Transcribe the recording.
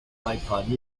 ipod